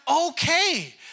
okay